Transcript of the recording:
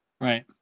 Right